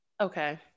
Okay